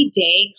day